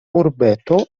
urbeto